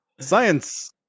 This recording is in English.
Science